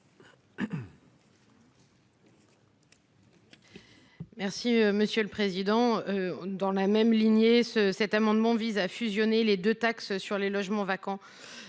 n° I 503 rectifié . Dans la même lignée, cet amendement vise à fusionner les deux taxes sur les logements vacants